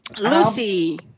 Lucy